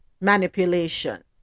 manipulation